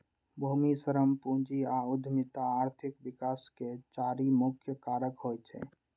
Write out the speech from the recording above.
भूमि, श्रम, पूंजी आ उद्यमिता आर्थिक विकास के चारि मुख्य कारक होइ छै